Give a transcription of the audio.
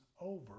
over